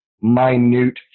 minute